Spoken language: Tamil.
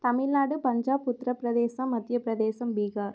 தமிழ்நாடு பஞ்சாப் உத்திர பிரதேசம் மத்திய பிரதேசம் பீகார்